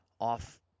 off